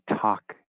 talk